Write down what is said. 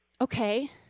okay